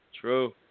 True